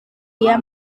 dia